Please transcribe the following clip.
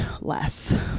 less